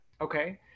Okay